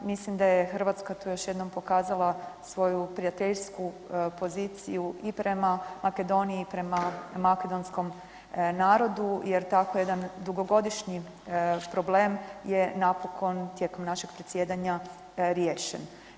Mislim da je Hrvatska tu još jednom pokazala svoju prijateljsku poziciju i prema Makedoniji i prema makedonskom narodu jer tako jedan dugogodišnji problem je napokon tijekom našeg predsjedanja riješen.